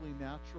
natural